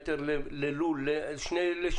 על כמה סנטימטרים,